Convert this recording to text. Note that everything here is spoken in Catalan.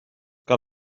que